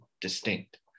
distinct